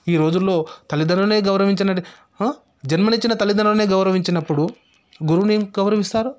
ఈ రోజుల్లో తల్లిదండ్రులనే గౌరవించనడి జన్మనిచ్చిన తల్లిదండ్రులనే గౌరవించినప్పుడు గురువునేం గౌరవిస్తారు